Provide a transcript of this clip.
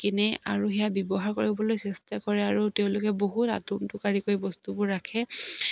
কিনে আৰু সেয়া ব্যৱহাৰ কৰিবলৈ চেষ্টা কৰে আৰু তেওঁলোকে বহুত আটোম টোকাৰিকৈ বস্তুবোৰ ৰাখে